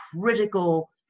critical